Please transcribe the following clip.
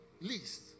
least